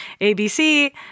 ABC